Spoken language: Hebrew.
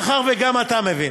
מאחר שגם אתה מבין,